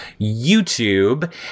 YouTube